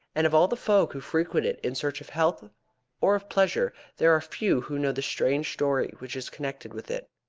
and of all the folk who frequent it in search of health or of pleasure there are few who know the strange story which is connected with it.